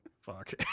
Fuck